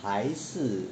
还是